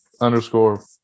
underscore